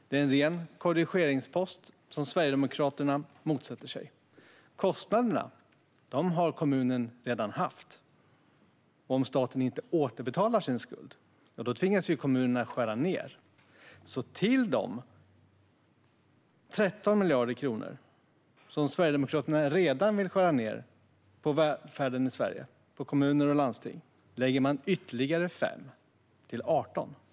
Det är en ren korrigeringspost, som Sverigedemokraterna motsätter sig. Kostnaderna har kommunerna redan haft. Om staten inte återbetalar sin skuld tvingas kommunerna att skära ned. Till de 13 miljarder kronor som Sverigedemokraterna redan vill skära ned på välfärden i Sverige, på kommuner och landsting, lägger de alltså ytterligare 5 miljarder. Det blir 18 miljarder.